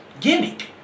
gimmick